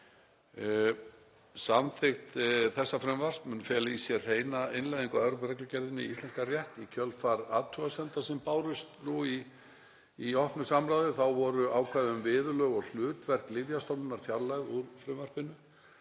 Samþykkt þessa frumvarps mun fela í sér hreina innleiðingu á Evrópureglugerðinni í íslenskan rétt í kjölfar athugasemda sem bárust í opnu samráði. Þá voru ákvæði um viðurlög og hlutverk Lyfjastofnunar fjarlægð úr frumvarpinu